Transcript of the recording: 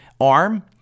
ARM